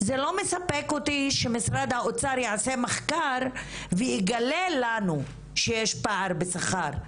זה לא מספק אותי שמשרד האוצר יעשה מחקר ויגלה לנו שיש פער בשכר,